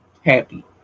happy